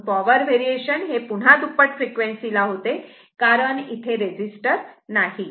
म्हणून power variation हे पुन्हा दुप्पट फ्रिक्वेन्सी ला होते कारण इथे रजिस्टर नाही